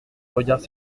regards